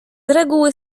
reguły